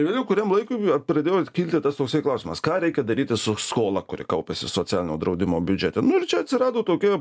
vėliau kuriam l aikui pradėjo kilti tas toksai klausimas ką reikia daryti su skola kuri kaupiasi socialinio draudimo biudžete nu ir čia atsirado tokia